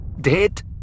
dead